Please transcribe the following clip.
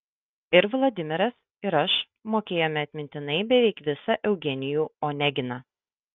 ir vladimiras ir aš mokėjome atmintinai beveik visą eugenijų oneginą